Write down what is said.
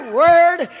word